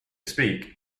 speak